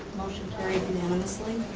motion carried unanimously.